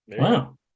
wow